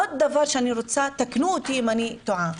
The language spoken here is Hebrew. עוד דבר שאני רוצה, תקנו אותי אם אני טועה.